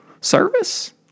service